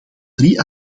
drie